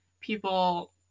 people